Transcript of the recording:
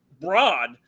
broad